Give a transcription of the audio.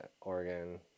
Oregon